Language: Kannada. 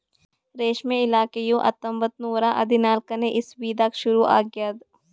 ರೇಷ್ಮೆ ಇಲಾಖೆಯು ಹತ್ತೊಂಬತ್ತು ನೂರಾ ಹದಿನಾಲ್ಕನೇ ಇಸ್ವಿದಾಗ ಶುರು ಆಗ್ಯದ್